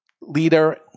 leader